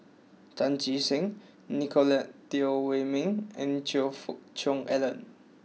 Chan Chee Seng Nicolette Teo Wei Min and Choe Fook Cheong Alan